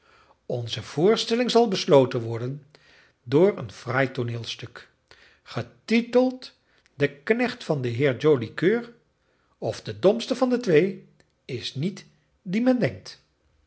onze voorstelling zal besloten worden door een fraai tooneelstuk getiteld de knecht van den heer joli coeur of de domste van de twee is niet dien men denkt